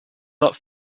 not